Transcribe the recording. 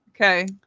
Okay